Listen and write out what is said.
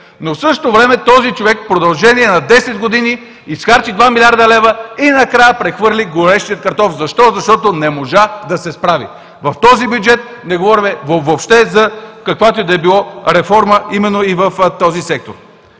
но в същото време този човек в продължение на 10 години изхарчи 2 млрд. лв. и накрая прехвърли горещия картоф. Защо? Защото не можа да се справи. В този бюджет не говорим въобще за каквато и да е било реформа, именно и в този сектор.